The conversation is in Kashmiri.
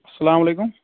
السلام علیکُم